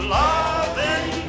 loving